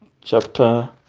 chapter